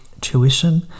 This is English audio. tuition